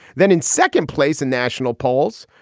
then in second place in national polls,